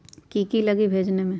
की की लगी भेजने में?